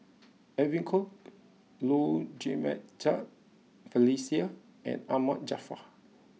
Edwin Koek Low Jimenez Felicia and Ahmad Jaafar